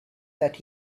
that